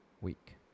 week